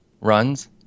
runs